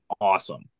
awesome